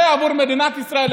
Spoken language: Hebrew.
זה עבור מדינת ישראל,